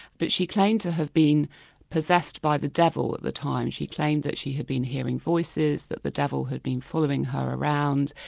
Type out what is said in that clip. but she claimed to have been possessed by the devil at the time. she claimed that she had been hearing voices, that the devil had been following her around,